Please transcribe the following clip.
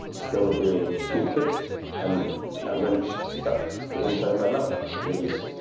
snowmobile toolkit and that wrench stuck to the inside of my mouth, it was.